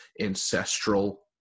ancestral